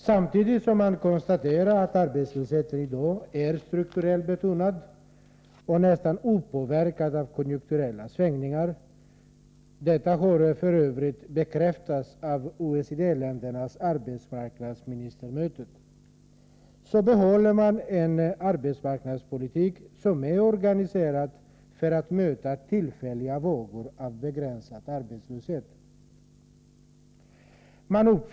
Samtidigt som man konstaterar att arbetslösheten i dag är strukturellt betonad och nästan opåverkad av konjunkturella svängningar — detta har f. ö. bekräftats av OECD-ländernas arbetsmarknadsministermöte — behåller man en arbetsmarknadspolitik som är organiserad för att möta tillfälliga vågor av begränsad arbetslöshet.